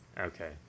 Okay